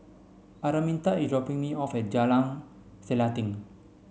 Araminta is dropping me off at Jalan Selanting